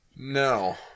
No